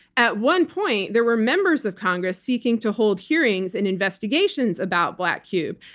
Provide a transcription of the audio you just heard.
at one point, there were members of congress seeking to hold hearings and investigations about black cube.